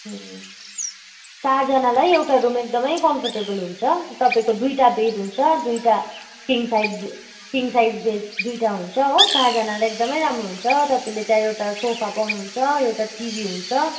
ए चारजनालाई एउटा रुम एकदमै कम्फर्टेबल हुन्छ तपाईँको दुईवटा बेड हुन्छ दुईवटा king size king size bed दुईवटा हुन्छ हो चारजनालाई एकदमै राम्रो हुन्छ तपाईँले त्यहाँ एउटा सोफा पाउनुहुन्छ एउटा टिभी हुन्छ